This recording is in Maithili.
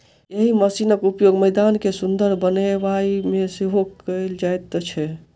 एहि मशीनक उपयोग मैदान के सुंदर बनयबा मे सेहो कयल जाइत छै